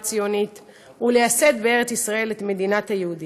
הציונית ולייסד בארץ ישראל את מדינת היהודים.